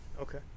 Okay